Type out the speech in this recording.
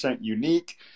unique